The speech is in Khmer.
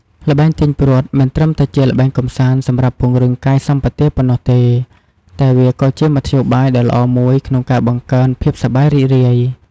ល្បែងទាញព្រ័ត្រមិនត្រឹមតែជាល្បែងកម្សាន្តសម្រាប់ពង្រឹងកាយសម្បទាប៉ុណ្ណោះទេ តែវាក៏ជាមធ្យោបាយដ៏ល្អមួយក្នុងការបង្កើនភាពសប្បាយរីករាយ។